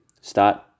start